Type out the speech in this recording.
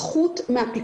כמו לדוגמה מוצרי